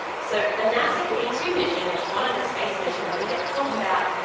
so the nasa k two mission, which is one of the space missions that debra talked about,